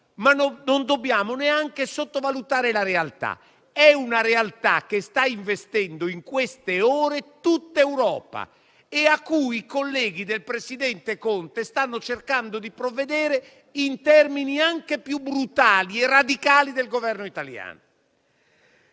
ma non dobbiamo neanche sottovalutare la realtà; una realtà che sta investendo in queste ore tutta l'Europa e alla quale i colleghi del presidente Conte stanno cercando di provvedere in termini anche più brutali e radicali di quelli del Governo italiano.